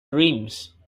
dreams